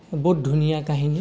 বহুত ধুনীয়া কাহিনী